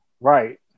Right